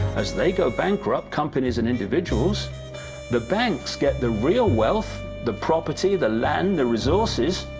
as they go bankrupt companies and individuals the banks get the real wealth, the property, the land, the resources,